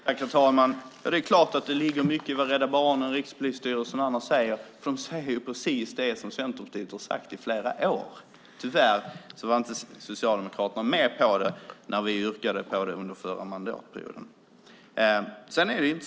Herr talman! Det är klart att det ligger mycket i vad Rädda Barnen, Rikspolisstyrelsen och andra säger, för de säger precis det som Centerpartiet har sagt i flera år. Tyvärr var Socialdemokraterna inte med på det när vi yrkade på det under den förra mandatperioden.